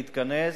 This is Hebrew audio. להתכנס,